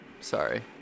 sorry